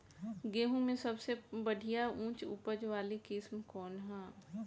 गेहूं में सबसे बढ़िया उच्च उपज वाली किस्म कौन ह?